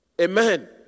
Amen